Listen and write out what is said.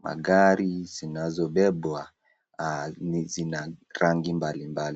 Magari zinazobebwa zina rangi mbalimbali.